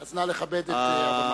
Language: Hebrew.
אז נא לכבד את הבמה.